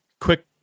quick